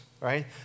right